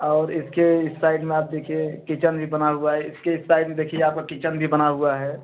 और इसके इस साइड में आप देखिए किचन भी बना हुआ है इसके इस साइड में देखिए आपका किचन भी बना हुआ है